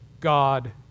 God